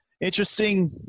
interesting